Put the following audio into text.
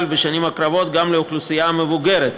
בשנים הקרובות גם לאוכלוסייה המבוגרת,